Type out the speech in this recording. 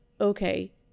okay